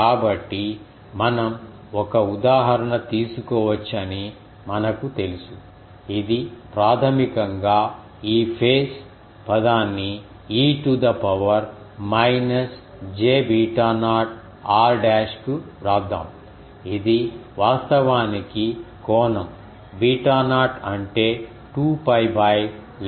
కాబట్టి మనం ఒక ఉదాహరణ తీసుకోవచ్చని మనకు తెలుసు ఇది ప్రాథమికంగా ఈ ఫేస్ పదాన్ని e to the power minus j beta naught r dash కు వ్రాద్దాం ఇది వాస్తవానికి కోణం బీటా నాట్ అంటే 2 π lambda naught into r dash